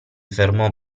fermò